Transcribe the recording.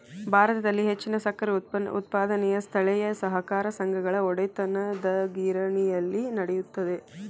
ಭಾರತದಲ್ಲಿ ಹೆಚ್ಚಿನ ಸಕ್ಕರೆ ಉತ್ಪಾದನೆಯು ಸ್ಥಳೇಯ ಸಹಕಾರ ಸಂಘಗಳ ಒಡೆತನದಗಿರಣಿಗಳಲ್ಲಿ ನಡೆಯುತ್ತದೆ